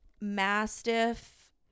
mastiff